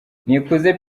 nikuze